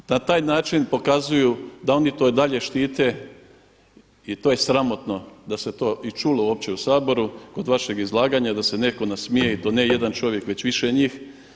Na taj način pokazuju da oni to i dalje štite i to je sramotno da se to i čulo uopće u Saboru kod vašeg izlaganja, da se netko nasmije i to ne jedan čovjek već više njih.